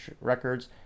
records